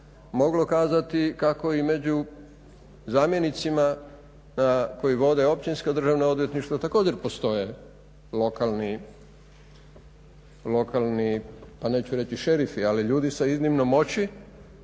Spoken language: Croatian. moglo kazati kako i među zamjenicima koji vode općinska državna odvjetništva također postoje lokalni pa neću reći šerifi ali ljudi sa iznimnom moći